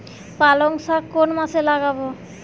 পালংশাক কোন মাসে লাগাব?